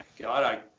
God